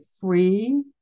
free